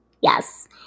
yes